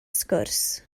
sgwrs